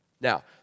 Now